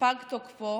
פג תוקפו